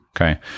Okay